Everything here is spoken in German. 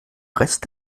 rest